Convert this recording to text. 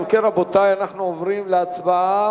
אם כן, רבותי, אנחנו עוברים להצבעה.